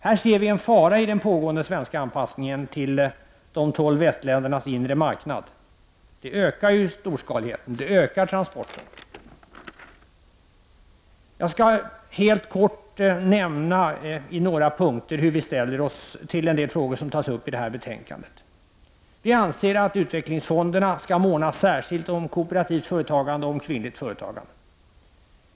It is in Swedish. Vi ser här en fara i den pågående svenska anpassningen till de tolv västländernas inre marknad. Det ökar storskaligheten, och det ökar antalet transporter. Jag skall helt kort i några punkter nämna hur vi ställer oss till en del frågor som tas upp i detta betänkande. Vi anser att utvecklingsfonderna särskilt skall måna om kooperativt företagande och kvinnligt företagande.